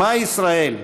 שמע ישראל.